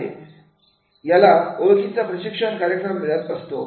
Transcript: आहे याला ओळखीचा प्रशिक्षण कार्यक्रम मिळत असतो